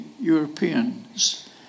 Europeans